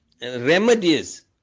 remedies